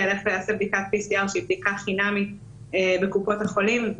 ילך ויעשה בדיקת PCR שהיא בדיקה חינמית בקופות החולים.